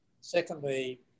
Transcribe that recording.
Secondly